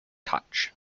touch